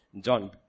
John